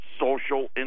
social